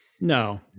no